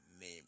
name